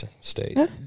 state